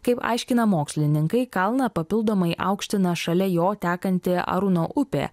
kaip aiškina mokslininkai kalną papildomai aukština šalia jo tekanti aruno upė